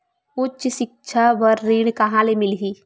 उच्च सिक्छा बर ऋण कहां ले मिलही?